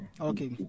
Okay